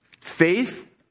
faith